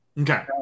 Okay